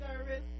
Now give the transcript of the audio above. service